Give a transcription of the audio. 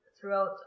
throughout